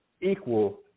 Equal